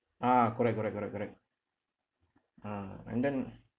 ah correct correct correct correct ah and then